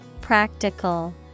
Practical